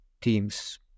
teams